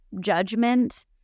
judgment